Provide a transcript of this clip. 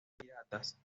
piratas